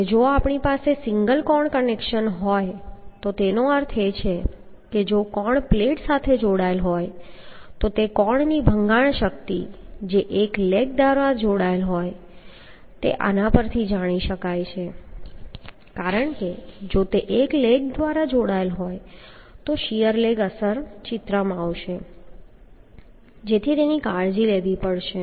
અને જો આપણી પાસે સિંગલ કોણ કનેક્શન હોય તો એનો અર્થ એ છે કે જો કોણ પ્લેટ સાથે જોડાયેલ હોય તો તે કોણ ની ભંગાણ શક્તિ જે એક લેગ દ્વારા જોડાયેલ હોય તે આના પરથી જાણી શકાય છે કારણ કે જો તે એક લેગ દ્વારા જોડાયેલ હોય તો શીયર લેગ અસર ચિત્રમાં આવશે જેથી તેની કાળજી લેવી પડશે